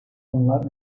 bunlar